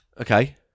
Okay